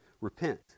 repent